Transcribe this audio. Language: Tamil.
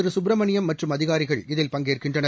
கப்பிரமணியம் மற்றும் அதிகாரிகள் இதில் பங்கேற்கின்றனர்